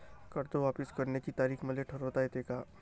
कर्ज वापिस करण्याची तारीख मले ठरवता येते का?